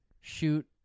shoot